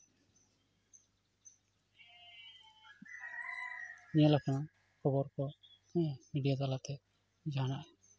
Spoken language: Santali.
ᱧᱮᱞᱟᱠᱟᱱᱟ ᱠᱷᱚᱵᱚᱨ ᱠᱚ ᱵᱷᱤᱰᱤᱭᱳ ᱛᱟᱞᱟᱛᱮ ᱡᱟᱦᱟᱱᱟᱜ